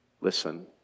Listen